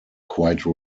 quite